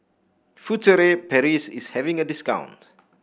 Furtere Paris is having a discount